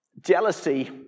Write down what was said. jealousy